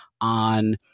on